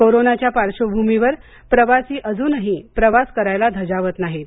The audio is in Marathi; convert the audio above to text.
कोरोनाच्या पार्श्वभूमीवर प्रवासी अजूनही प्रवास करायला धजावत नाहीत